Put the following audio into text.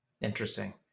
Interesting